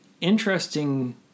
interesting